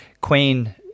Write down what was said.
Queen